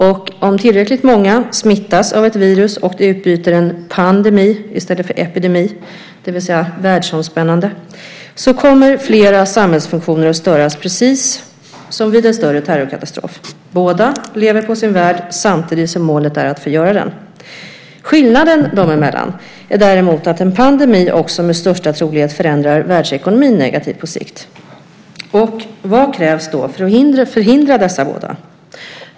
Om tillräckligt många smittas av ett virus och det utbryter en pandemi, det vill säga en världsomspännande smittspridning, i stället för en epidemi kommer flera samhällsfunktioner att störas, precis som vid en större terrorkatastrof. Båda lever på sin värd samtidigt som målet är att förgöra den. Skillnaden dem emellan är däremot att en pandemi också med största sannolikhet förändrar världsekonomin negativt på sikt. Vad krävs då för att förhindra dessa båda?